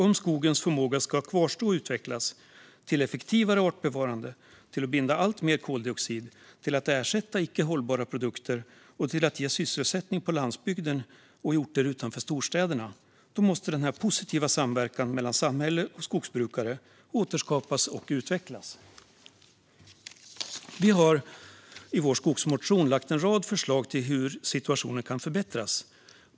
Om skogens förmåga ska kvarstå och utvecklas - till effektivare artbevarande, till att binda alltmer koldioxid, till att ersätta icke hållbara produkter och till att ge sysselsättning på landsbygden och i orter utanför storstäderna - måste denna positiva samverkan mellan samhälle och skogsbrukare återskapas och utvecklas. Vi har i vår skogsmotion lagt fram en rad förslag till hur situationen kan förbättras.